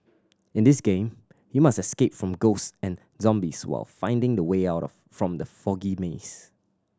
in this game you must escape from ghost and zombies while finding the way out of from the foggy maze